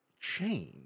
change